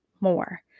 more